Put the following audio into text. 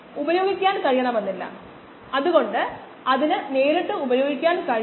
dry cell സാന്ദ്രതയ്ക്കിടയിൽ ഒരു calibration curve ഉപയോഗിക്കുക എന്നതാണ് പിന്നീട് ചെയ്യുന്നത്